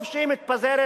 טוב שהיא מתפזרת.